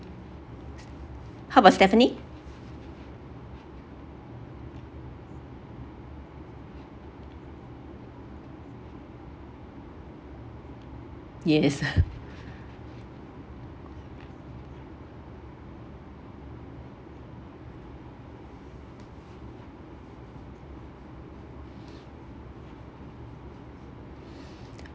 how about stephanie yes